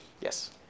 Yes